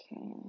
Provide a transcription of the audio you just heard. Okay